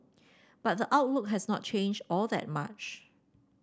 but the outlook has not changed all that much